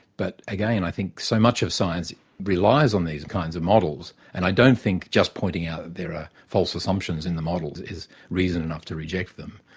but again, i think so much of science relies on these kinds of models, and i don't think just pointing out that there are false assumptions in the models is reason enough to reject them.